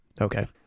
Okay